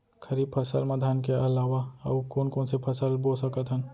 खरीफ फसल मा धान के अलावा अऊ कोन कोन से फसल बो सकत हन?